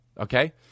okay